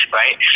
right